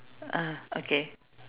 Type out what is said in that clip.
ah okay